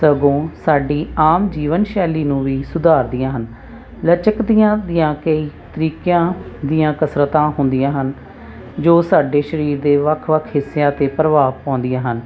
ਸਗੋਂ ਸਾਡੀ ਆਮ ਜੀਵਨ ਸ਼ੈਲੀ ਨੂੰ ਵੀ ਸੁਧਾਰਦੀਆਂ ਹਨ ਲਚਕ ਦੀਆਂ ਦੀਆਂ ਕਈ ਤਰੀਕਿਆਂ ਦੀਆਂ ਕਸਰਤਾਂ ਹੁੰਦੀਆਂ ਹਨ ਜੋ ਸਾਡੇ ਸਰੀਰ ਦੇ ਵੱਖ ਵੱਖ ਹਿੱਸਿਆਂ 'ਤੇ ਪ੍ਰਭਾਵ ਪਾਉਂਦੀਆਂ ਹਨ